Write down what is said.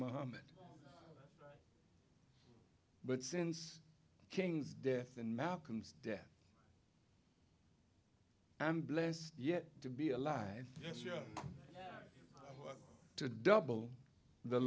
muhammad but since king's death and malcolm's death i'm blessed yet to be alive to double the